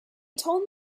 told